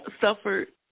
suffered